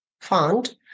fund